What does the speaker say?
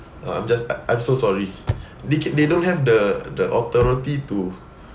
I'm just I'm so sorry they ca~ they don't have the the authority to